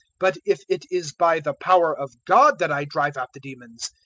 but if it is by the power of god that i drive out the demons,